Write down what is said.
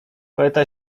poeta